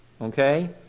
Okay